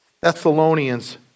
Thessalonians